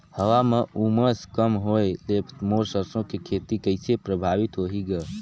हवा म उमस कम होए ले मोर सरसो के खेती कइसे प्रभावित होही ग?